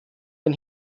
den